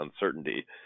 uncertainty